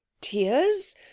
Tears